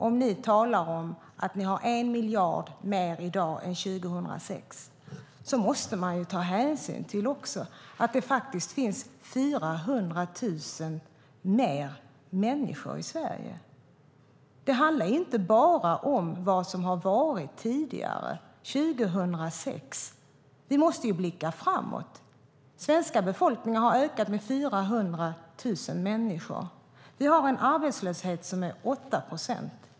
Om ni talar om att ni har 1 miljard mer i dag än 2006 måste ni också ta hänsyn till att det finns 400 000 fler människor i Sverige. Det handlar inte bara om vad som har varit tidigare, år 2006. Vi måste blicka framåt. Den svenska befolkningen har ökat med 400 000 människor. Vi har en arbetslöshet på 8 procent.